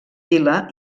vila